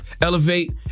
elevate